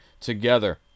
together